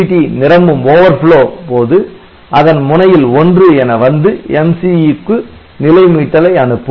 WDT நிரம்பும் போது அதன் முனையில் 1 என வந்து MCU க்கு நிலை மீட்டலை அனுப்பும்